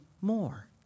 more